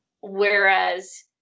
Whereas